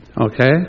Okay